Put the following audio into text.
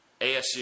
ASU